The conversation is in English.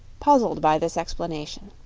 puzzled by this explanation.